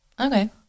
Okay